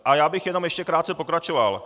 A já bych jenom ještě krátce pokračoval.